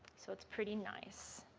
so it's pretty nice.